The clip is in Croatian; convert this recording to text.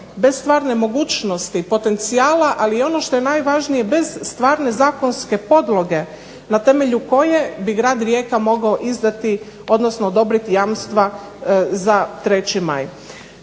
bez stvarne mogućnosti potencijala. Ali ono što je najvažnije bez stvarne zakonske podloge na temelju koje bi grad Rijeka mogao izdati, odnosno odobriti jamstva za 3. Maj.